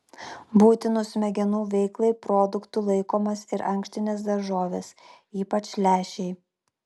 būtinu smegenų veiklai produktu laikomos ir ankštinės daržovės ypač lęšiai